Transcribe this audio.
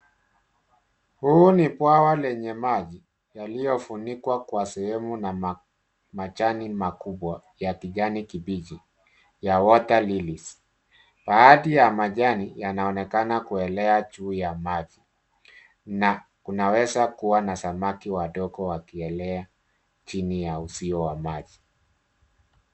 Huu ni bwawa lenye maji yaliyofunikwa kwa sehemu na majani makubwa ya kijani kibichi ya water lilies baadhi ya majani yanaonekana kuelea juu ya maji na kunaweza kuwa na samaki wadogo wakielea chini ya uzio wa maji.